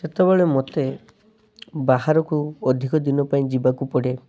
ଯେତେବେଳେ ମତେ ବାହାରକୁ ଅଧିକ ଦିନ ପାଇଁ ଯିବାକୁ ପଡ଼େ